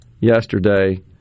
yesterday